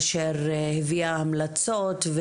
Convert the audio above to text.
אשר הביאה המלצות,